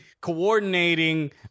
coordinating